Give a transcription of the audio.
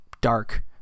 dark